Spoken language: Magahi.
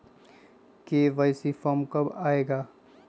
के.वाई.सी फॉर्म कब आए गा?